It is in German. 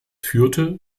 führte